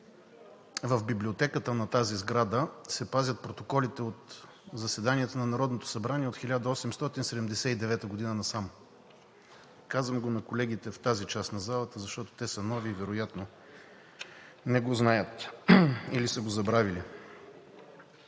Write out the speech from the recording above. в Библиотеката на тази сграда се пазят протоколите от заседанията на Народното събрание от 1879 г. насам. Казвам го на колегите в тази част на залата, защото те са нови и вероятно не го знаят, или са го забравили.